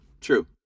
true